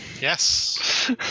Yes